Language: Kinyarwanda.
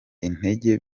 intege